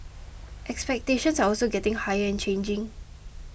expectations are also getting higher and changing